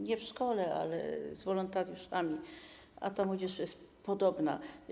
Nie w szkole, ale z wolontariuszami, a ta młodzież jest podobna.